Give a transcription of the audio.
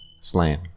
Slam